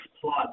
plot